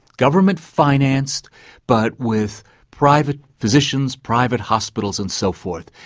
government-financed but with private physicians, private hospitals and so forth.